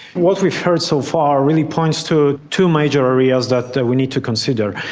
what we've heard so far really points to two major areas that that we need to consider.